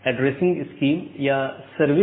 तो यह एक पूर्ण meshed BGP सत्र है